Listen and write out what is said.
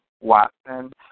Watson